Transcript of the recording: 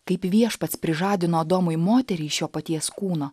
kaip viešpats prižadino adomui moterį iš jo paties kūno